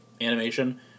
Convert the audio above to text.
animation